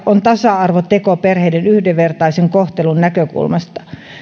on tasa arvoteko perheiden yhdenvertaisen kohtelun näkökulmasta